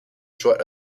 short